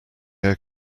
air